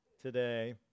today